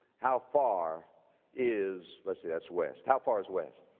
how far is, let's see, that's west, how far is west,